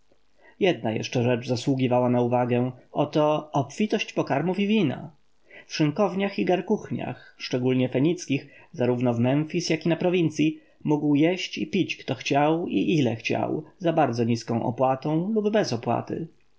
jedna jeszcze rzecz zasługiwała na uwagę oto obfitość pokarmów i wina w szynkowniach i garkuchniach szczególnie fenickich zarówno w memfis jak na prowincji mógł jeść i pić kto chciał i ile chciał za bardzo niską opłatą lub bez opłaty